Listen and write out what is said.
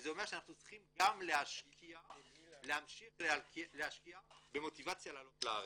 וזה אומר שאנחנו צריכים גם להמשיך להשקיע במוטיבציה לעלות לארץ.